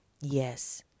Yes